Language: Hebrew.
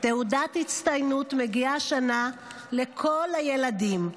תעודת הצטיינות מגיעה השנה לכל הילדים,